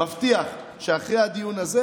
אני מבטיח שאחרי הדיון הזה,